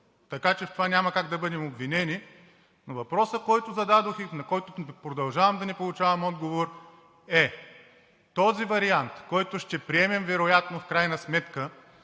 така че в това няма как да бъдем обвинени. Въпросът, който зададох и на който продължавам да не получавам отговор, е: този вариант, който вероятно ще приемем в крайна сметка